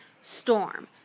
Storm